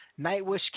Nightwish